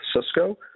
Cisco